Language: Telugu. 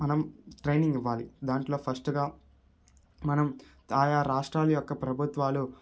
మనం ట్రైనింగ్ ఇవ్వాలి దాంట్లో ఫస్ట్గా మనం ఆయా రాష్ట్రాల యొక్క ప్రభుత్వాలు